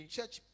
Church